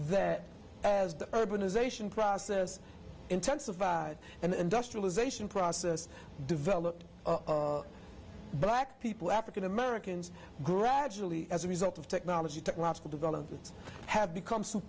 that as the urbanization process intensified and industrialization process developed black people african americans gradually as a result of technology technological developments have become